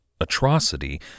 atrocity